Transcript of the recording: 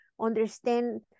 understand